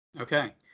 Okay